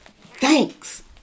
thanks